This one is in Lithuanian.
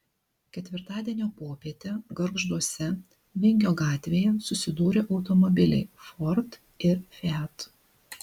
ketvirtadienio popietę gargžduose vingio gatvėje susidūrė automobiliai ford ir fiat